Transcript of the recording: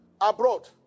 abroad